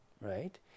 right